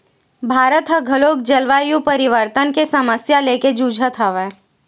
भारत ह घलोक जलवायु परिवर्तन के समस्या लेके जुझत हवय